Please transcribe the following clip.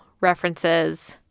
references